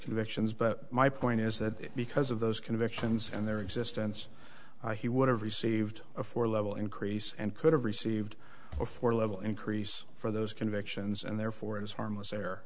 convictions but my point is that because of those convictions and their existence he would have received a four level increase and could have received a four level increase for those convictions and therefore is harmless